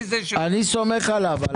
אני סומך עליו.